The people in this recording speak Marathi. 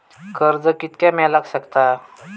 कर्ज कितक्या मेलाक शकता?